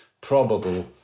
probable